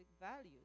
values